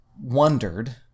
wondered